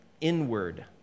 inward